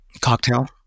Cocktail